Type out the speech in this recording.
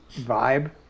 vibe